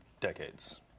decades